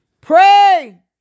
Pray